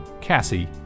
Cassie